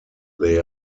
they